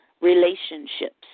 relationships